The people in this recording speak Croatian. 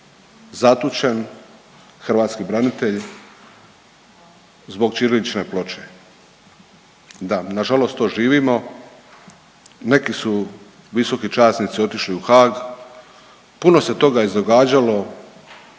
hrvatski branitelj zbog ćirilične ploče. Da, nažalost to živimo neki su visoki časnici otišli u Haag, puno se toga izdogađalo